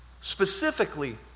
Specifically